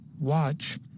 watch